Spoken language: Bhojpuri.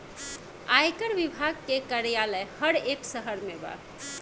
आयकर विभाग के कार्यालय हर एक शहर में बा